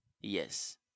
yes